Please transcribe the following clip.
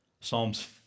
Psalms